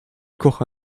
kocha